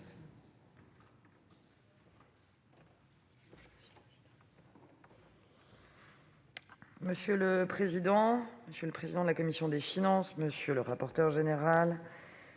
Monsieur le président, monsieur le président de la commission des finances, monsieur le rapporteur,